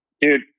dude